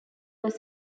was